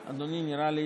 אדוני, נראה לי